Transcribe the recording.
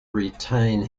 retain